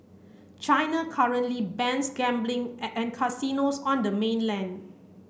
China currently bans gambling and casinos on the mainland